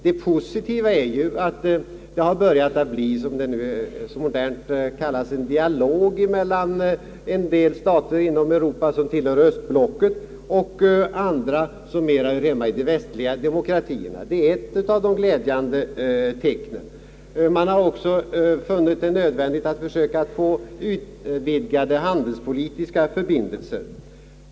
Det positiva är ju att det har börjat att komma till stånd vad som nu så modernt kallas för dialoger mellan en del stater i Europa, som tillhör östblocket, och andra, som mera hör hemma i de västliga demokratierna. Det är ett av de glädjande tecknen. Man har också funnit det nödvändigt att försöka få utvidgade handelspolitiska förbindelser.